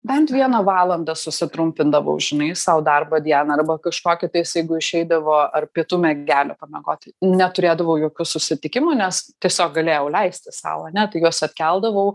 bent viena valanda sutrumpindavau žinai sau darbo dieną arba kažkokį tais jeigu išeidavo ar pietų miegelio pamiegoti neturėdavau jokių susitikimų nes tiesiog galėjau leisti sau ane tai juos atkeldavau